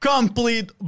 Complete